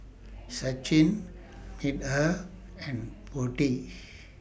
Sachin Medha and Potti